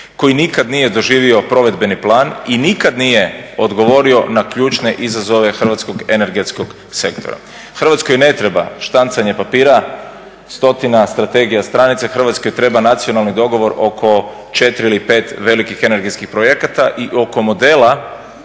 koji nikad nije doživio provedbeni plan i nikad nije odgovorio na ključne izazove hrvatskog energetskog sektora. Hrvatskoj ne treba štancanje papira, stotina strategija, stranica. Hrvatskoj treba nacionalni dogovor oko 4 ili 5 velikih energetskih projekata i oko modela